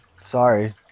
sorry